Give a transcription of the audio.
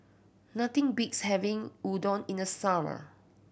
nothing beats having Unadon in the summer